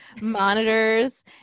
monitors